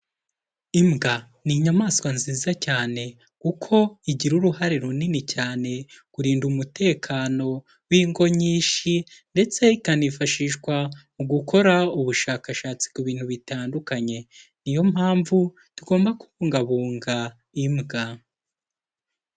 Imbwa ni inyamaswa nziza cyane kuko igira uruhare runini cyane kurinda umutekano w'ingo nyinshi ndetse ikanifashishwa mu gukora ubushakashatsi ku bintu bitandukanye, niyo mpamvu tugomba kubungabunga imbwa.